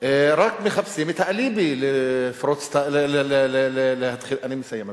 רק מחפשים את האליבי להתחיל את